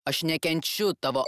aš nekenčiu tavo